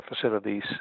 facilities